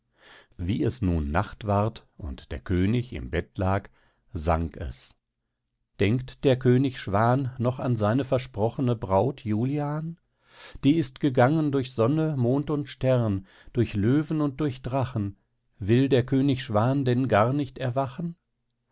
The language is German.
wie es nun nacht ward und der könig im bett lag sang es denkt der könig schwan noch an seine versprochene braut julian die ist gegangen durch sonne mond und stern durch löwen und durch drachen will der könig schwan denn gar nicht erwachen